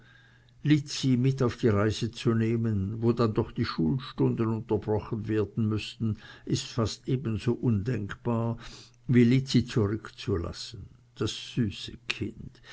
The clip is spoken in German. mit auf die reise zu nehmen wo dann doch die schulstunden unterbrochen werden müßten ist fast ebenso undenkbar wie lizzi zurückzulassen das süße kind